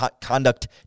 conduct